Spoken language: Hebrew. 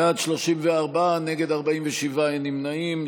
בעד, 34, נגד, 47, אין נמנעים.